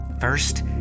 First